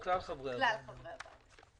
כלל חברי הוועדה.